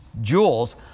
jewels